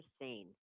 seen